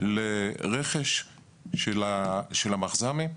לרכש של המכז"מים.